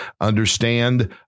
understand